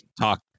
talk